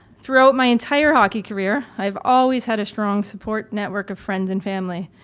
throughout my entire hockey career i have always had a strong support network of friends and family,